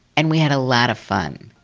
and we had a lot of fun!